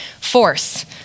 force